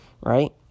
right